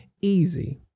easy